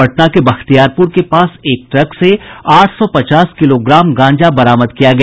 पटना के बख्तियारपुर के पास एक ट्रक से आठ सौ पचास किलोग्राम गांजा बरामद किया गया